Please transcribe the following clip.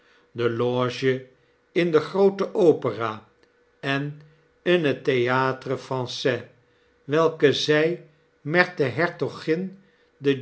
de loge in de groote opera en in het theatre franqais welke zjj met de hertogin